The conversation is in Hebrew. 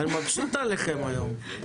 אני מבסוט עליכם היום.